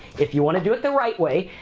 if you wanna do it the right way,